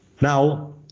Now